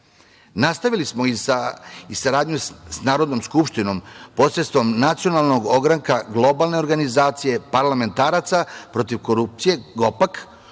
Slovačke. Nastavili smo i saradnju sa Narodnom skupštinom, posredstvom Nacionalnog ogranka Globalne organizacije parlamentaraca protiv korupcije (GOPAK),